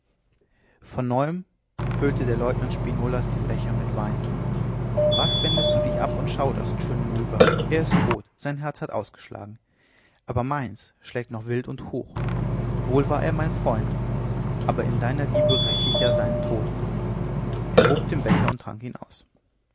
von neuem füllte der leutnant spinolas den becher mit wein was wendest du dich ab und schauderst schöne myga er ist tot sein herz hat ausgeschlagen aber meins schlägt noch wild und hoch wohl war er mein freund aber in deiner liebe räche ich ja seinen tod er hob den becher und trank ihn aus